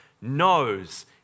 knows